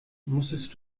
musstest